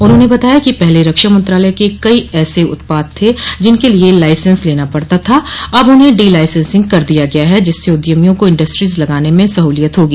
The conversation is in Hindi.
उन्होंने बताया कि पहले रक्षा मंत्रालय के कई उत्पाद ऐसे थे जिनके लिए लाइसेंस लेना पड़ता था अब उन्हें डीलाइसेंसिंग कर दिया है जिससे उद्यमियों को इंडस्ट्रीज लगाने में सहूलियत होगी